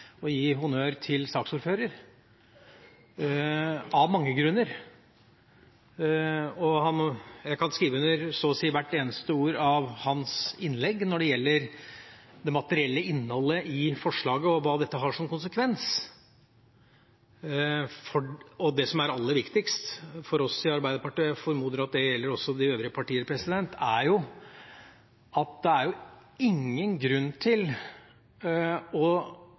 å gi honnør til saksordføreren – av mange grunner. Jeg kan skrive under på så å si hvert eneste ord i hans innlegg når det gjelder det materielle innholdet i forslaget og hva dette har som konsekvens. Det som er aller viktigst for oss i Arbeiderpartiet, og jeg formoder at det også gjelder de øvrige partier, er at det ikke er noen grunn til å